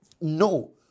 No